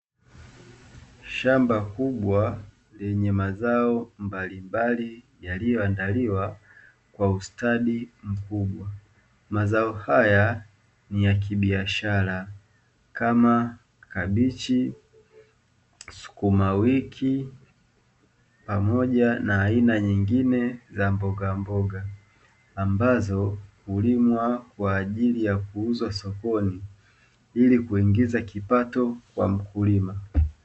Shamba kubwa lenye mazao mbalimbali yaliyo andaliwa kwa ustadi mkubwa, mazao haya ni ya kibiashara kama: kabichi, skumawiki pamoja na aina nyingine za mbogamboga, ambazo hulimwa kwaajili ya kuuzwa sokoni ili kuingiza kipato kwa mkulima.